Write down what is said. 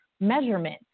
measurement